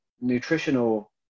nutritional